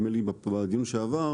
נדמה לי בדיון הקודם,